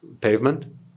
pavement